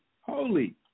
holy